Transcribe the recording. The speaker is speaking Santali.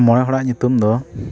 ᱢᱚᱬᱮ ᱦᱚᱲᱟᱜ ᱧᱩᱛᱩᱢ ᱫᱚ